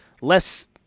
less